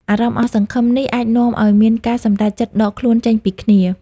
អារម្មណ៍អស់សង្ឃឹមនេះអាចនាំឲ្យមានការសម្រេចចិត្តដកខ្លួនចេញពីគ្នា។